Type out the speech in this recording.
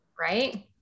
Right